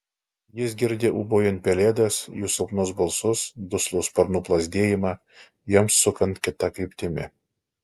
jis girdi ūbaujant pelėdas jų silpnus balsus duslų sparnų plazdėjimą joms sukant kita kryptimi